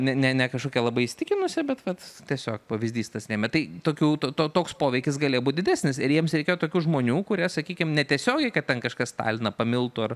ne ne ne kažkokia labai įsitikinusi bet vat tiesiog pavyzdys tas ne matai tokių toks poveikis galėjo būti didesnis ir jiems reikėjo tokių žmonių kurie sakykim ne tiesiogiai kad ten kažkas staliną pamiltų ar